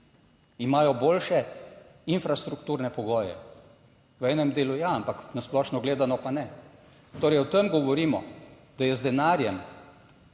Imajo boljše infrastrukturne pogoje? V enem delu ja, ampak na splošno gledano pa ne. Torej, o tem govorimo, da je z denarjem,